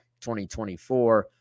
2024